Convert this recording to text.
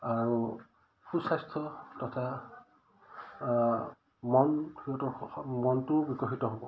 আৰু সুস্বাস্থ্য তথা মন সিহঁতৰ মনটোও বিকশিত হ'ব